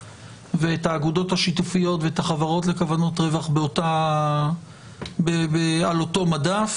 האגודות השיתופיות ואת החברות לכוונות רווח על אותו מדף.